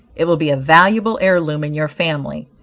it will be a valuable heir-loom in your family.